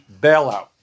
bailout